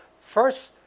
First